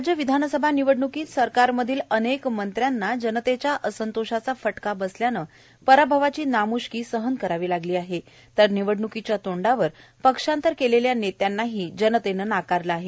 राज्य विधानसभा निवडण्कीत सरकारमधील अनेक मंत्र्यांना जनतेच्या असंतोशाचा फटका बसल्यानं पराभवाची नाम्ष्की सहन करावी लागली आहे तर निवडण्कीच्या तोंडावर पक्षांतर केलेल्या नेत्यांनाही जनतेनं नाकारलं आहे